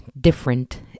different